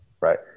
right